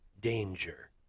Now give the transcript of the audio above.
danger